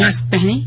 mask पहनें